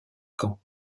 camp